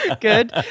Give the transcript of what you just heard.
Good